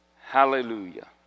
Hallelujah